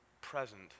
present